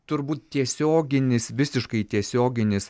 turbūt tiesioginis visiškai tiesioginis